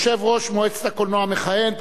יושב-ראש מועצת הקולנוע המכהן,